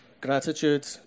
gratitude